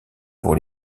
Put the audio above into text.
pour